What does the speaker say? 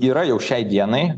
yra jau šiai dienai